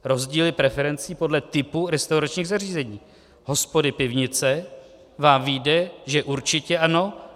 Rozdíly preferencí podle typu restauračních zařízení, hospody, pivnice, vám vyjde, že určitě ano.